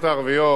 כבוד השר,